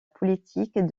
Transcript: politique